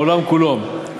בעולם כולו,